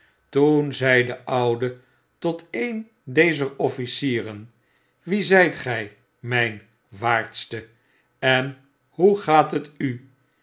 toen zei de oude tot een dezer officieren wie zyt gy myn waardste en hoe gaat het u